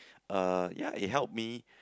uh ya it helped me